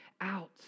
out